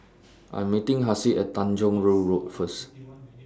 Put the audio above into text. I'm meeting Hassie At Tanjong Rhu Road First